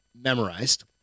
memorized